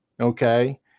okay